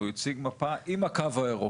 הוא הציג מפה עם הקו הירוק.